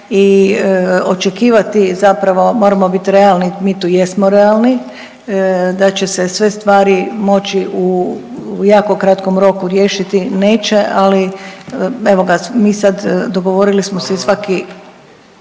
i očekivati zapravo moramo biti realni, mi tu jesmo realni, da će se sve stvari moći u jako kratkom roku riješiti neće, ali evoga mi sad dogovorili smo se i svaki